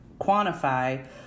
quantify